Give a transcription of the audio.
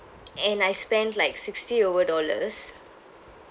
and I spent like sixty over dollars